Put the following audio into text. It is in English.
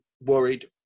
worried